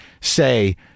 say